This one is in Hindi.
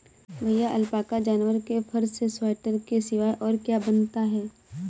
भैया अलपाका जानवर के फर से स्वेटर के सिवाय और क्या बनता है?